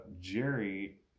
Jerry